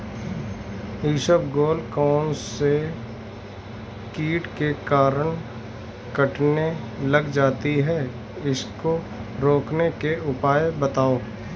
इसबगोल कौनसे कीट के कारण कटने लग जाती है उसको रोकने के उपाय बताओ?